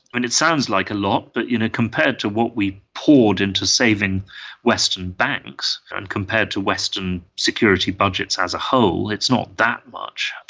it sounds like a lot, but you know compared to what we poured into saving western banks, and compared to western security budgets as a whole, it's not that much.